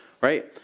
Right